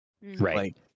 Right